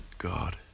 God